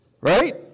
Right